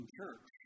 church